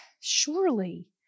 Surely